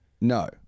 No